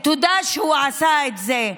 ותודה שהוא עשה את זה,